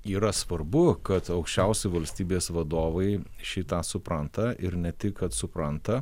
yra svarbu kad aukščiausi valstybės vadovai šį tą supranta ir ne tik kad supranta